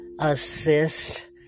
assist